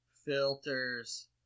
Filters